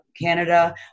Canada